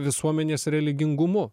visuomenės religingumu